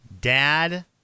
Dad